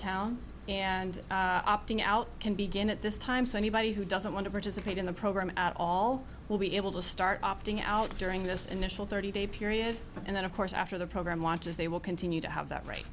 town and opting out can begin at this time so anybody who doesn't want to participate in the program at all will be able to start opting out during this initial thirty day period and then of course after the program launches they will continue to have that right